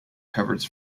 covers